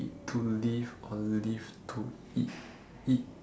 eat to live or live to eat eat